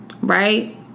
right